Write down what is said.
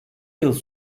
yıl